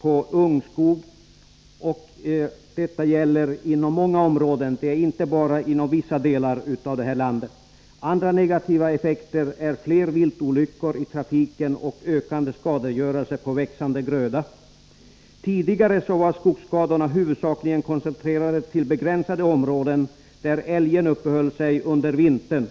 på ungskog. Detta gäller inom många områden, inte bara inom vissa delar av landet. Andra negativa effekter är fler viltolyckor i trafiken och ökande skadegörelse på växande gröda. Tidigare var skogsskadorna huvudsakligen koncentrerade till begränsade områden där älgen uppehöll sig under vintern.